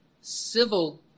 civil